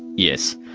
yes.